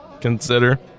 consider